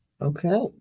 Okay